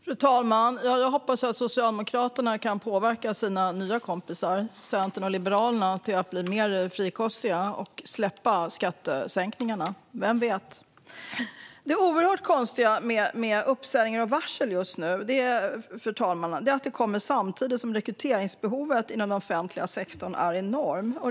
Fru talman! Jag hoppas att Socialdemokraterna kan påverka sina nya kompisar Centern och Liberalerna till att bli mer frikostiga och släppa skattesänkningarna. Vem vet? Det oerhört konstiga med uppsägningarna och varslen just nu är, fru talman, att de kommer samtidigt som rekryteringsbehovet inom den offentliga sektorn är enormt.